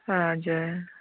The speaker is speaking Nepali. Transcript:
हजुर